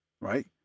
right